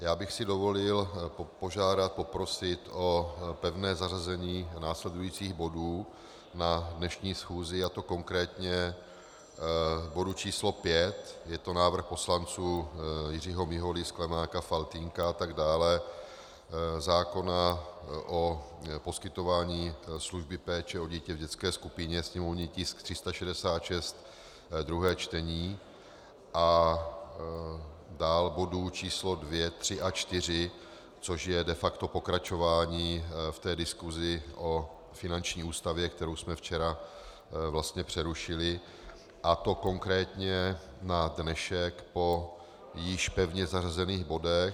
Já bych si dovolil požádat, poprosit o pevné zařazení následujících bodů na dnešní schůzi, a to konkrétně bodu číslo 5, je to návrh poslanců Jiřího Miholy, Sklenáka, Faltýnka a tak dále, zákona o poskytování služby péče o dítě v dětské skupině, sněmovní tisk 366, druhé čtení, a dál bodů číslo 2, 3 a 4, což je de facto pokračování v té diskusi o finanční ústavě, kterou jsme včera vlastně přerušili, a to konkrétně na dnešek po již pevně zařazených bodech.